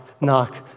knock